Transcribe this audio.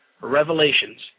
Revelations